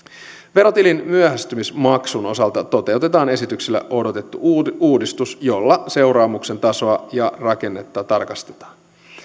verotilin myöhästymismaksun osalta toteutetaan esityksellä odotettu uudistus jolla seuraamuksen tasoa ja rakennetta tarkastetaan